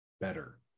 better